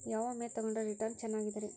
ಯಾವ ವಿಮೆ ತೊಗೊಂಡ್ರ ರಿಟರ್ನ್ ಚೆನ್ನಾಗಿದೆರಿ?